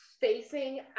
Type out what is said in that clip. facing